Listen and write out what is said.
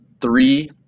three